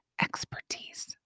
expertise